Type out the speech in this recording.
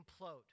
implode